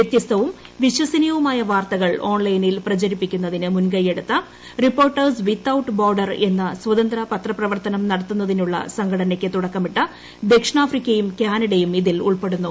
വ്യത്യ്സ്തവും വിശ്വസനീയവുമായ വാർത്തകൾ ഓൺലൈനിൽ പ്രചരിപ്പിക്കുന്നതിന് മുൻകൈയ്യെടുത്ത റിപ്പോർട്ടേഴ്സ് വിത്തൌട്ട് ബോർഡർ എന്ന സ്വതന്ത്ര പത്രപ്രവർത്തനം നടത്തുന്നതിനുള്ള സംഘടനയ്ക്ക് തുടക്കമിട്ട ദക്ഷിണാഫ്രിക്കയും കാനഡയും ഇതിൽ ഉൾപ്പെടുന്നു